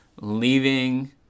leaving